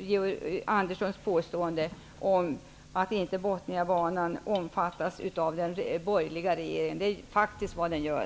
Georg Anderssons påstående om att Bothniabanan inte omfattas av den borgerliga regeringen. Det är faktiskt vad den gör.